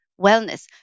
wellness